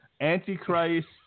Antichrist